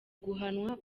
guhanwa